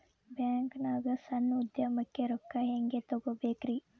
ಬ್ಯಾಂಕ್ನಾಗ ಸಣ್ಣ ಉದ್ಯಮಕ್ಕೆ ರೊಕ್ಕ ಹೆಂಗೆ ತಗೋಬೇಕ್ರಿ?